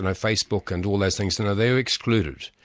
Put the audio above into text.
and facebook and all those things, and they're excluded.